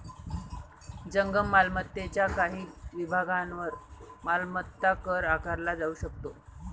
जंगम मालमत्तेच्या काही विभागांवर मालमत्ता कर आकारला जाऊ शकतो